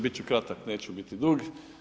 Bit ću kratak, neću biti dug.